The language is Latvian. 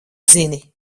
zini